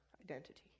identity